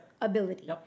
Ability